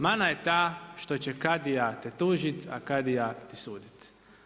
Mana je ta što će kadija te tužiti, a kadija presuditi.